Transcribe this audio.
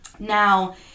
Now